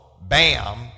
Bam